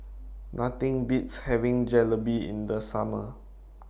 Nothing Beats having Jalebi in The Summer